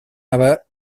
haver